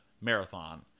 marathon